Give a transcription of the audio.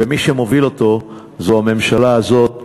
ומי שמובילה אותו זו הממשלה הזאת,